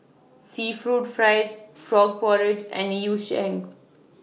Seafood fries Frog Porridge and Yu Sheng